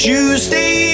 Tuesday